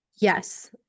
Yes